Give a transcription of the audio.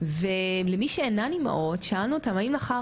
ולמי שאינן אימהות שאלנו אותם האם אחר